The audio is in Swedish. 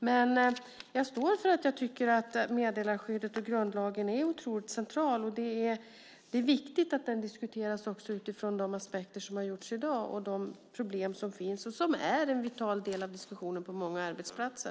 Men jag står för att jag tycker att det är centralt med meddelarskyddet och grundlagen. Det är viktigt att detta diskuteras utifrån de aspekter som har tagits upp i dag och de problem som finns, som är en vital del av diskussionen på många arbetsplatser.